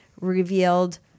revealed